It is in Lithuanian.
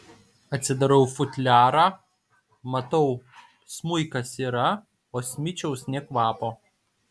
atsidarau futliarą matau smuikas yra o smičiaus nė kvapo